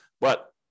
But-